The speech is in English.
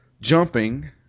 jumping